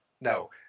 no